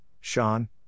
Sean